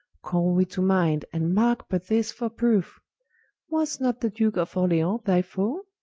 call we to minde, and marke but this for proofe was not the duke of orleance thy foe?